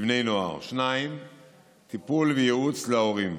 לבני נוער, טיפול וייעוץ להורים,